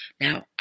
Now